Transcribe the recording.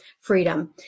Freedom